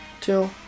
Two